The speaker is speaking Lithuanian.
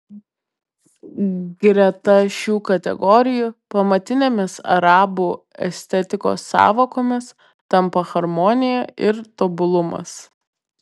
greta šių kategorijų pamatinėmis arabų estetikos sąvokomis tampa harmonija ir tobulumas